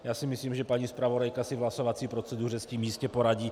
Já si myslím, že paní zpravodajka si s tím v hlasovací proceduře jistě poradí.